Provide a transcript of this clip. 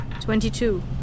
Twenty-two